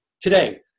Today